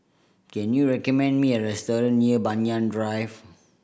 can you recommend me a restaurant near Banyan Drive